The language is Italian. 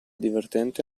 divertente